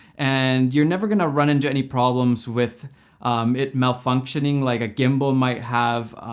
and you're never gonna run into any problems with it malfunctioning like a gimbal might have,